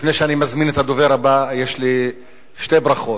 לפני שאני מזמין את הדובר הבא יש לי שתי ברכות.